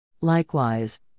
Likewise